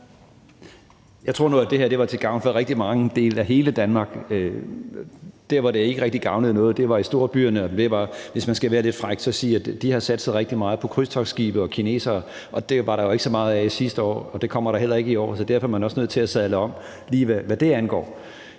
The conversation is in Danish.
Jeg troede nu, at det her var til gavn for rigtig mange dele af hele Danmark. Der, hvor det ikke rigtig gavnede noget, var i storbyerne. Og hvis man skal være lidt fræk, kan man sige, at de har satset rigtig meget på krydstogtskibe og kinesere, og dem var der jo ikke så mange af sidste år, og det kommer der heller ikke i år, så derfor er man også nødt til at sadle om, lige hvad det angår.